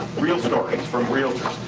real stories from realtors.